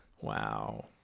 Wow